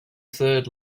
third